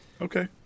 Okay